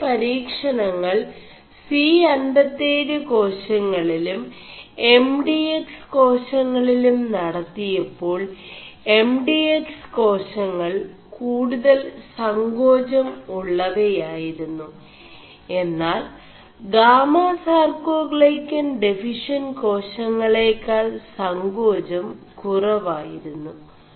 ഇേത പരീ ണÆൾ C57 േകാശÆളിലും എം ഡി എക്സ് േകാശÆളിലും നടøിയേçാൾ എം ഡി എക്സ് േകാശÆൾ കൂടുതൽ സേ ാചം ഉøവയായിരുMു എMാൽ ഗാമസാർേ ാൈø ൻ െഡഫിഷç ് േകാശÆേള ാൾ സേ ാചം കുറവായിരുMു